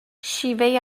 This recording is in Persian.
شیوه